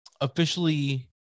officially